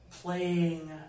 playing